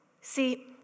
See